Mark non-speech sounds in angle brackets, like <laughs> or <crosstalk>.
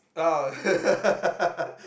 oh <laughs>